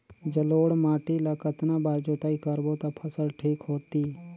जलोढ़ माटी ला कतना बार जुताई करबो ता फसल ठीक होती?